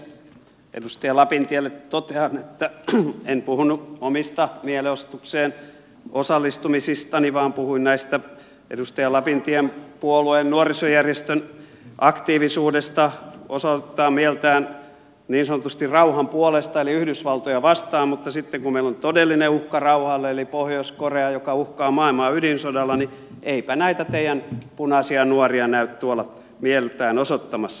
edustaja lapintielle totean että en puhunut omista mielenosoitukseen osallistumisistani vaan puhuin edustaja lapintien puolueen nuorisojärjestön aktiivisuudesta osoittaa mieltään niin sanotusti rauhan puolesta eli yhdysvaltoja vastaan mutta sitten kun meillä on todellinen uhka rauhalle eli pohjois korea joka uhkaa maailmaa ydinsodalla niin eipä näitä teidän punaisia nuoria näy tuolla mieltään osoittamassa